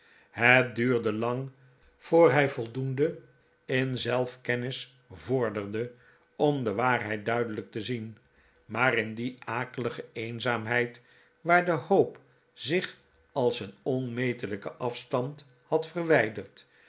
het duurde lang voor hij voldoende in zelfkennis vorderde om de waarheid duideiijk te zien maar in die akelige eenzaamheid waar de hoop zich op een onmetelijken afstand had verwijderd